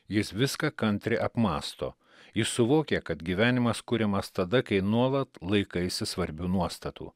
jis viską kantriai apmąsto jis suvokė kad gyvenimas kuriamas tada kai nuolat laikaisi svarbių nuostatų